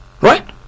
right